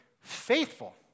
faithful